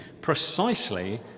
precisely